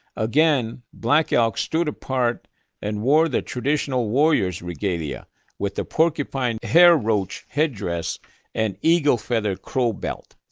again black elk stood apart and wore the traditional warrior's regalia with the porcupine hair roach headdress and eagle feather crow belt.